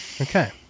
Okay